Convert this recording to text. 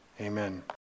amen